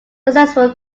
successful